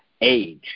age